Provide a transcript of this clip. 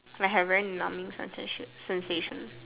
like have very numbing sensation